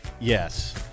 Yes